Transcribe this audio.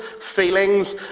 feelings